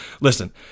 Listen